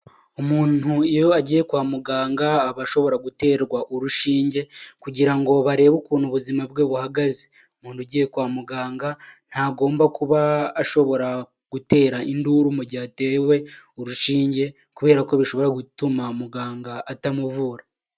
Umuntu iyo agiye kwa muganga aba ashobora guterwa urushinge kugira ngo barebe ukuntu ubuzima bwe buhagaze, umuntu ugiye kwa muganga ntagomba kuba ashobora gutera induru mu gihe atewe urushinge, kubera ko bishobora gutuma muganga atamuvura.